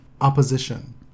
opposition